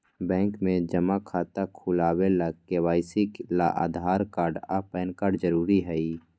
bank में जमा खाता खुलावे ला के.वाइ.सी ला आधार कार्ड आ पैन कार्ड जरूरी हई